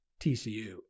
TCU